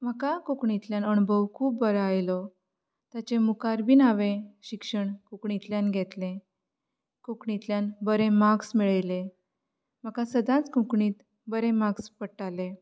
म्हाका कोंकणींतल्यान अणभव खूब बरो आयलो ताचे मुखार बीन हांवें शिक्षण कोंकणींतल्यान घेतलें कोंकणींतल्यान बरें माक्स मेळयले म्हाका सदांच कोंकणींत बरें माक्स पडटालें